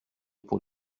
pour